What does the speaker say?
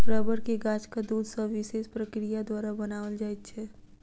रबड़ के गाछक दूध सॅ विशेष प्रक्रिया द्वारा बनाओल जाइत छै